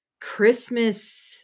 Christmas